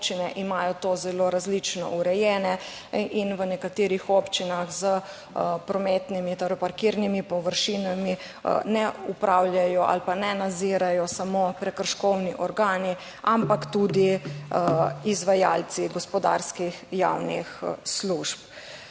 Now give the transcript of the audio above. imajo to zelo različno urejene in v nekaterih občinah s prometnimi, torej parkirnimi površinami ne upravljajo ali pa ne nadzirajo samo prekrškovni organi, ampak tudi izvajalci gospodarskih javnih služb.